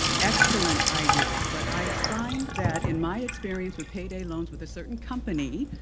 excellent ideas. but i find that in my experience with payday loans with a certain company,